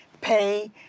pay